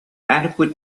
adequate